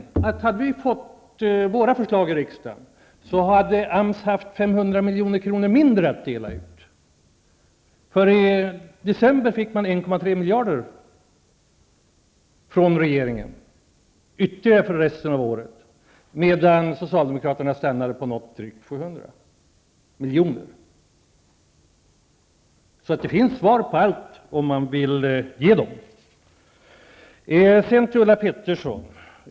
Säg alltså: Hade vi fått igenom våra förslag i riksdagen, skulle AMS ha haft 500 milj.kr. mindre att dela ut. I december fick man 1,3 miljarder ytterligare från regeringen. Men socialdemokraterna stannade vid drygt 700 miljoner. Det finns alltså svar på allt, om man bara vill ge sådana. Sedan till Ulla Pettersson.